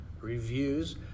reviews